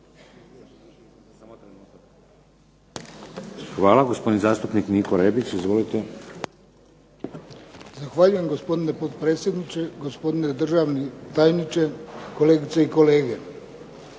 Hvala. Gospodin zastupnik Niko Rebić. Izvolite. **Rebić, Niko (HDZ)** Zahvaljujem, gospodine potpredsjedniče. Gospodine državni tajniče, kolegice i kolege.